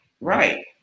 right